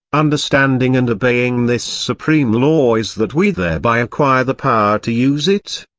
understanding and obeying this supreme law is that we thereby acquire the power to use it.